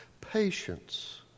Patience